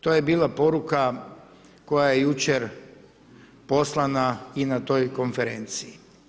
To je bila poruka koja je jučer poslana i na toj konferenciji.